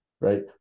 right